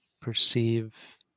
perceive